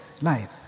life